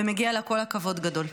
ומגיע לה כל הכבוד גדול.